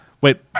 Wait